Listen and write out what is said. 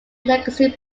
legacy